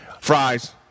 Fries